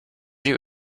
you